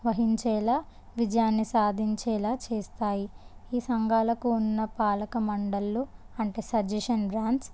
వహించేలా విజయాన్ని సాధించేలా చేస్తాయి ఈ సంఘాలకు ఉన్న పాలక మండళ్ళు అంటే సజెషన్ బ్రాండ్స్